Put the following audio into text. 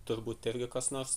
turbūt irgi kas nors